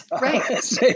right